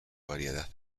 variedad